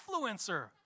influencer